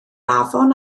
afon